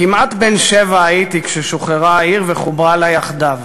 כמעט בן שבע הייתי כששוחררה העיר וחוברה לה יחדיו.